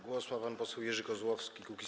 Głos ma pan poseł Jerzy Kozłowski, Kukiz’15.